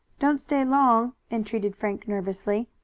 don't stay long, entreated frank nervously.